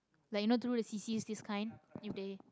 like you know through the C_Cs this kind if they